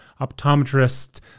optometrist